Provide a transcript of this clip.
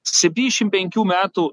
septynšim penkių metų